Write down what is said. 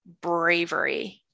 bravery